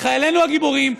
ומחיילינו הגיבורים,